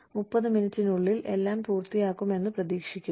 30 മിനിറ്റിനുള്ളിൽ എല്ലാം പൂർത്തിയാക്കുമെന്ന് പ്രതീക്ഷിക്കുന്നു